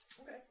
okay